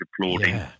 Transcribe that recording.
applauding